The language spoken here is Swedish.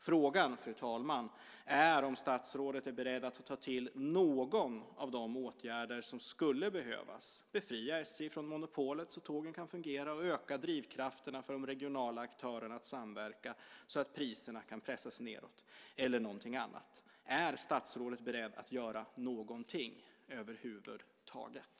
Frågan, fru talman, är om statsrådet är beredd att ta till någon av de åtgärder som skulle behövas, att befria SJ från monopolet så att tågen kan fungera och öka drivkrafterna för de regionala aktörerna att samverka så att priserna kan pressas ned eller att göra något annat. Är statsrådet beredd att göra någonting över huvud taget?